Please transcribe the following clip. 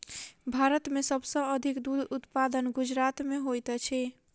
भारत में सब सॅ अधिक दूध उत्पादन गुजरात में होइत अछि